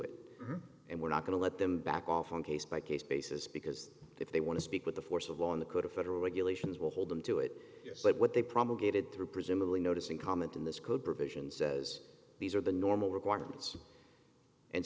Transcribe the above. it and we're not going to let them back off on a case by case basis because if they want to speak with the force of law in the code of federal regulations will hold them to it but what they promise gated through presumably notice and comment in this code provision says these are the normal requirements and